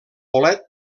bolet